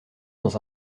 dans